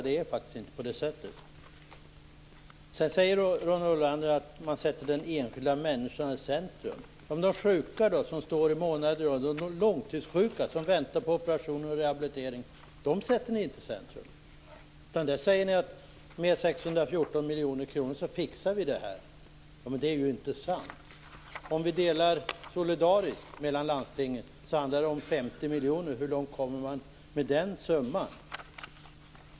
Det är faktiskt inte på det sättet. Sedan säger Ronny Olander att man sätter den enskilda människan i centrum. Men de långtidssjuka, som väntar på operation och rehabilitering, sätter ni inte i centrum. Ni säger att ni fixar problemen med 614 miljoner kronor. Det är inte sant. Om vi delar solidariskt mellan landstingen handlar det om 50 miljoner var. Hur långt kommer man med den summan?